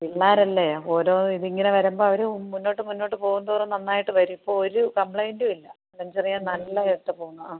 പിള്ളേരല്ലേ ഓരോ ഇത് ഇങ്ങനെ വരുമ്പോൾ അവരും മുന്നോട്ട് മുന്നോട്ട് പോവുന്തോറും നന്നായിട്ട് വരും ഇപ്പോൾ ഒരു കംപ്ലയിൻ്റും ഇല്ല അലൻ ചെറിയാൻ നല്ലതായിട്ട് പോവുന്നു ആ